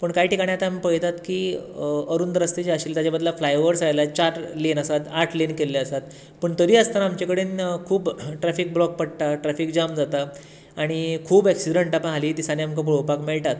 पूण कांय ठिकाणी आतां आम पळयतात की अरूंद रस्ते जे आशिल्ले ताजे बदला फ्लाय ओवर्स आयला चार लेन आसात आठ लेन केल्ले आसात पूण तरी आसतना आमचे कडेन खूब ट्राफीक ब्लॉक पडटा ट्राफीक जाम जाता आनी खूब एक्सिडंटा प हालीं दिसानी आमकां पळोवपाक मेळटात